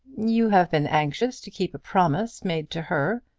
you have been anxious to keep a promise made to her,